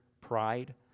pride